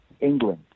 England